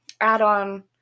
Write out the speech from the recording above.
add-on